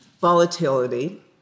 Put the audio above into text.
volatility